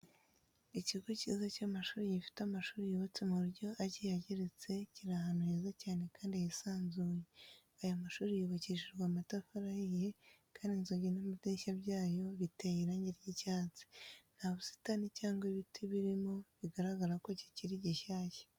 Ikigo cyiza cy'amashuri gifite amashuri yubatse mu buryo agiye ageretse kiri ahantu heza cyane kandi hisanzuye. Aya mashuri yubakishijwe amatafari ahiye kandi inzugi n'amadirishya byayo biteye irangi ry'icyatsi. Nta busitani cyangwa ibiti birimo bigaragara ko kikiri gishyashya.